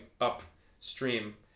upstream